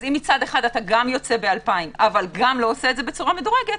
אז אם מצד אחד אתה גם יוצא באלפיים אבל גם לא עושה את זה בצורה מדורגת,